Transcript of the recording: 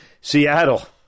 Seattle